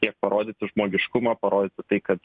vistiek parodyti žmogiškumą parodyti tai kad